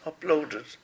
uploaded